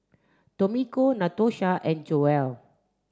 Tomika Natosha and Joelle